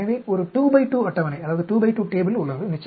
எனவே ஒரு 2 பை 2 அட்டவணை உள்ளது